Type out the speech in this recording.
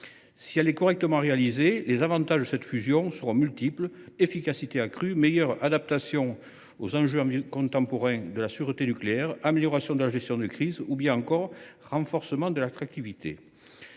Si elle est correctement mise en œuvre, les avantages de cette fusion seront multiples : efficacité accrue, meilleure adaptation aux enjeux contemporains de la sûreté nucléaire, amélioration de la gestion de crise, ou encore renforcement de l’attractivité.